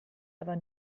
aber